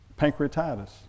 pancreatitis